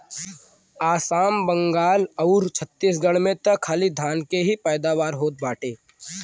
आसाम, बंगाल आउर छतीसगढ़ में त खाली धान के ही पैदावार होत बाटे